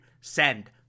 send